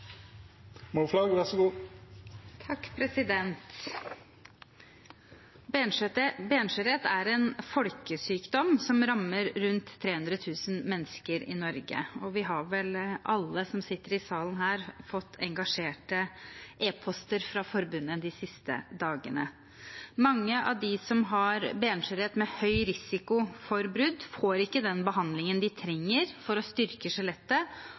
en folkesykdom som rammer rundt 300 000 mennesker i Norge. Og vi har vel alle som sitter i salen her, fått engasjerte e-poster fra forbundet de siste dagene. Mange av de som har benskjørhet med høy risiko for brudd, får ikke den behandlingen de trenger for å styrke skjelettet